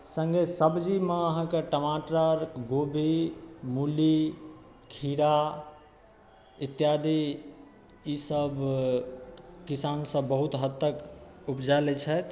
सङ्गे सब्जीमे अहाँकऽ टमाटर गोबी मूली खीरा इत्यादि ई सब किसान सब बहुत हद तक उपजाए लैत छथि